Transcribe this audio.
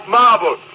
marble